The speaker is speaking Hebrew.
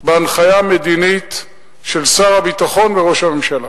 בהנחיה מדינית של שר הביטחון וראש הממשלה.